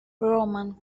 roman